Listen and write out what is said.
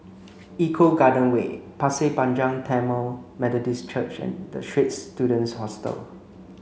Eco Garden Way Pasir Panjang Tamil Methodist Church and The Straits Students Hostel